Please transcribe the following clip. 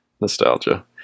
Nostalgia